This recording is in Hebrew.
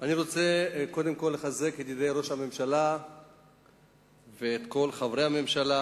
אני רוצה קודם כול לחזק את ידי ראש הממשלה ואת כל חברי הממשלה